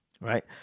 right